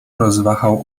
rozwahał